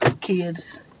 kids